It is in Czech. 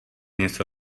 něco